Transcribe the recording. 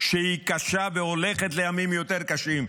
שהיא קשה והולכת לימים יותר קשים.